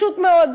פשוט מאוד.